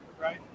Right